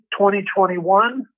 2021